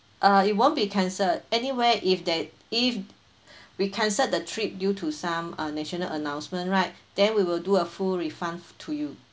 uh it won't be cancelled anywhere if there if we cancelled the trip due to some uh national announcement right then we will do a full refund f~ to you